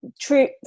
true